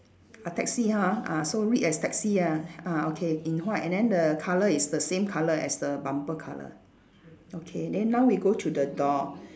a taxi ha ah so read as taxi ya ah okay in white and then the colour is the same colour as the bumper colour okay then now we go to the door